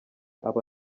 aba